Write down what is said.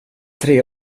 tre